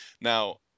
Now